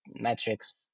metrics